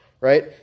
right